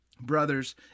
Brothers